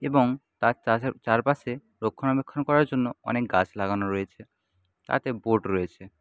এবং তার চারপাশে রক্ষণাবেক্ষণ করার জন্য অনেক গাছ লাগানো রয়েছে তাতে বোট রয়েছে